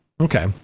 Okay